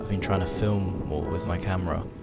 been trying to film more with my camera.